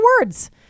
words